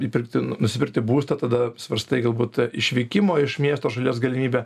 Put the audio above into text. įpirkti nusipirkti būstą tada svarstai galbūt išvykimo iš miesto šalies galimybę